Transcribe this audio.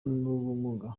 n’ubumuga